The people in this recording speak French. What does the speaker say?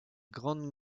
grande